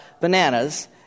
bananas